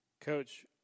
Coach